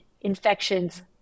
infections